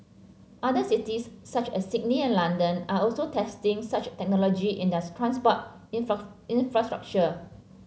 other cities such as Sydney and London are also testing such technology in their transport infrastructure